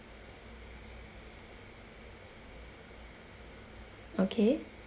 okay